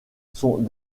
sont